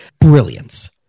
brilliance